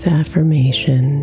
affirmation